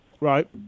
Right